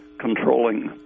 controlling